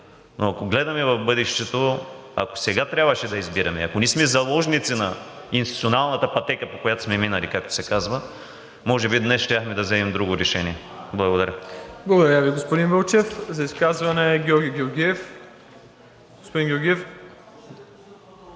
Но ако гледаме в бъдещето, ако сега трябваше да избираме, ако ние сме заложници на институционалната пътека, по която сме минали, както се казва, може би днес щяхме да вземем друго решение. Благодаря. ПРЕДСЕДАТЕЛ МИРОСЛАВ ИВАНОВ: Благодаря Ви, господин Вълчев. За изказване – Георги Георгиев. (Реплики